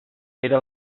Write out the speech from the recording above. era